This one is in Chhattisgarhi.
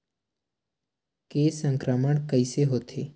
के संक्रमण कइसे होथे?